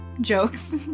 jokes